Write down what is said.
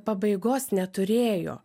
pabaigos neturėjo